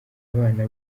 abana